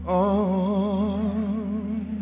on